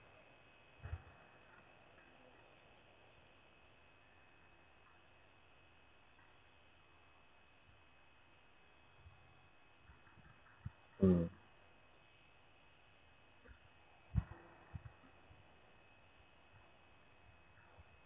mm